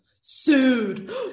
sued